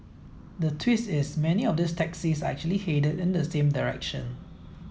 the twist is many of these taxis are actually headed in the same direction